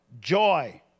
joy